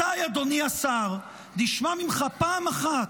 מתי, אדוני השר, נשמע ממך פעם אחת,